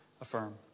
affirm